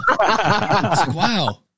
Wow